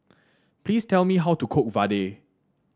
please tell me how to cook vadai